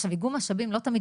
עכשיו איגום משאבים לא תמיד